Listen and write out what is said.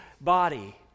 body